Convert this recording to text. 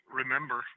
remember